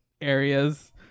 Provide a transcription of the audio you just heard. areas